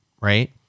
right